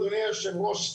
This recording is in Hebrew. אדוני יושב הראש,